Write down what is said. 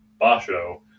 Basho